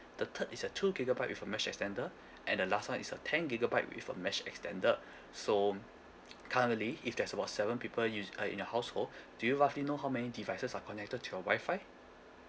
the third is a two gigabyte with a mesh extender and the last one is a ten gigabyte with a mesh extender so um currently if there's about seven people use uh in your household do you roughly know how many devices are connected to your wi-fi